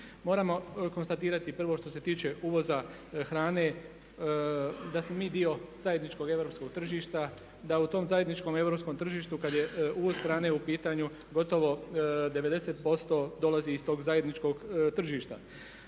Moramo konstatirati prvo što se tiče uvoza hrane da smo mi dio zajedničkog europskog tržišta, da u tom zajedničkom europskom tržištu kad je uvoz hrane u pitanju gotovo 90% dolazi iz tog zajedničkog tržišta.